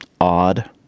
odd